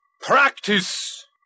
Practice